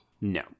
No